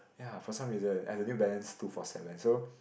ya for some reason and the New Balance two four seven so